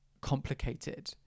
complicated